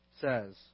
says